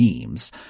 memes